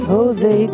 Jose